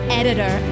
editor